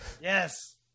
yes